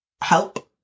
help